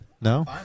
No